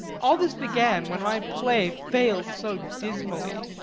all this began when my play failed so dismally.